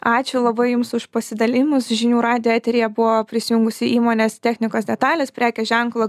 ačiū labai jums už pasidalijimus žinių radijo eteryje buvo prisijungusi įmonės technikos detalės prekės ženklo